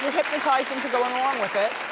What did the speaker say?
hypnotized into going along with it.